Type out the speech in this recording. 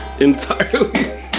entirely